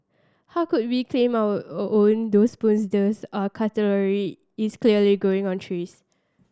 how could we claim our own those spoons these are cutlery is clearly growing on trees